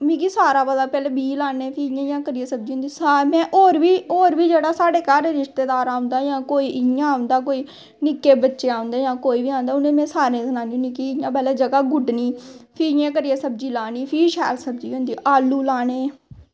मिगा सारा पता पैह्लैं बीऽ लाने फ्ही इयां इयां करियै सब्जी होंदी होर बी होर बी साढ़े घर रिश्तेदार औंदा जां कोई इयां औंदा कोई निक्के बच्चे औंदे जां कोई बी औंदा उनें में सारें सनानी होन्नी कि पैह्लैं जगह गुड्डनी फ्ही इयां इयां करियै सब्जी लानी फ्ही शैल सब्जी होंदी आलू लाने